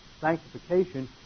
sanctification